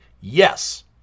Yes